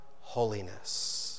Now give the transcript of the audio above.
holiness